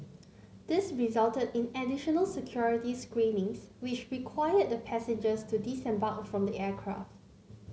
this resulted in additional security screenings which required the passengers to disembark from the aircraft